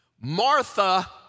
Martha